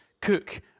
cook